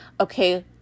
okay